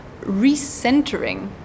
recentering